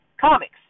comics